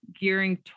gearing